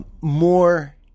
more